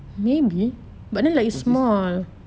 or is it